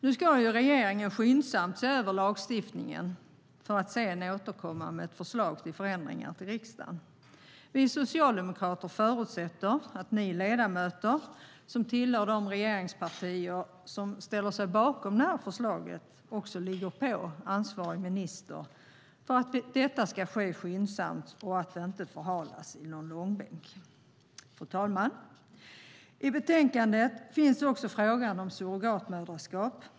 Nu ska regeringen skyndsamt se över lagstiftningen för att sedan återkomma med förslag till förändringar till riksdagen. Vi socialdemokrater förutsätter att ni ledamöter som tillhör de regeringspartier som ställer sig bakom förslaget också ligger på ansvarig minister för att översynen ska ske skyndsamt och inte förhalas i långbänk. Fru talman! I betänkandet tas också frågan om surrogatmoderskap upp.